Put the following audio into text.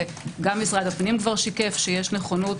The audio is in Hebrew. וגם משרד הפנים כבר שיקף שיש נכונות,